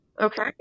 Okay